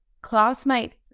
classmates